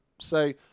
say